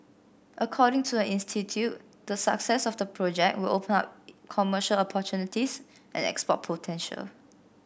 according to the institute the success of the project will open up commercial opportunities and export potential